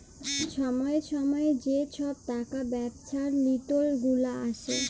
ছময়ে ছময়ে যে ছব টাকা ব্যবছার লিওল গুলা আসে